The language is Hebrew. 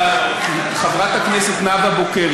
חברת הכנסת נאוה בוקר,